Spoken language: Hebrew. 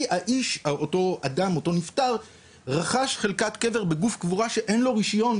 כי אותו נפטר רכש חלקת קבר בגוף קבורה שאין לו רישיון,